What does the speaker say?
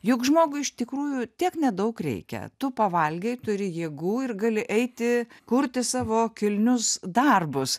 juk žmogui iš tikrųjų tiek nedaug reikia tu pavalgei turi jėgų ir gali eiti kurti savo kilnius darbus